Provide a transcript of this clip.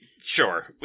Sure